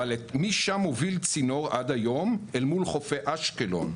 אבל עד היום צינור מוביל משם אל מול חופי אשקלון,